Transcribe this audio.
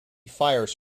fires